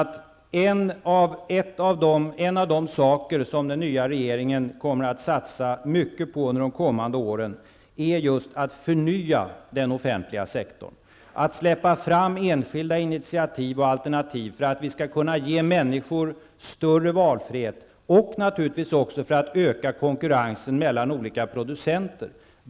Ett av de områden som den nya regeringen under de kommande åren kommer att satsa mycket på är just förnyelsen av den offentliga sektorn. Vi kommer att satsa på att släppa fram enskilda initiativ och alternativ för att ge människor större valfrihet och naturligtvis också för att öka konkurrensen mellan olika producenter.